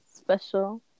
special